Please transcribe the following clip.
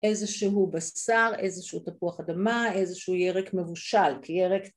איזשהו בשר, איזשהו תפוח אדמה, איזשהו ירק מבושל, כי ירק...